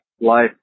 life